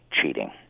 cheating